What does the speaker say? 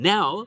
Now